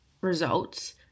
results